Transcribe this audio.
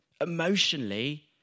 Emotionally